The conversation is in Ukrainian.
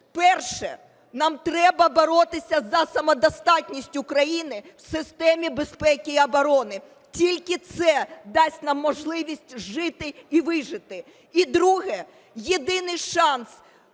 перше – нам треба боротися за самодостатність України в системі безпеки й оборони. Тільки це дасть нам можливість жити і вижити. І друге. Єдиний шанс